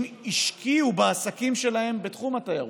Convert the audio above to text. אנשים השקיעו בעסקים שלהם בתחום התיירות.